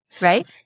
right